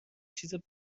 چیزی